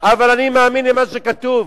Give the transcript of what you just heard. אבל אני מאמין למה שכתוב.